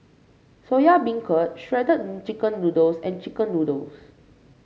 Soya Beancurd Shredded Chicken Noodles and chicken noodles